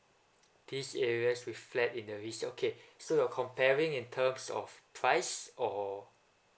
these areas with flat in the east okay so you're comparing in terms of price or